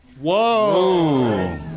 Whoa